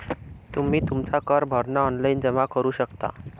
तुम्ही तुमचा कर भरणा ऑनलाइन जमा करू शकता